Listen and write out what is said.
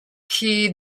khi